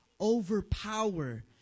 overpower